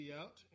out